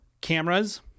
cameras